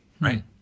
Right